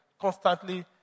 Constantly